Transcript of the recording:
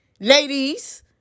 ladies